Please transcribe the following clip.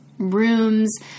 Rooms